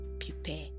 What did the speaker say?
prepare